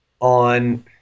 on